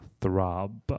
Throb